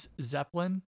zeppelin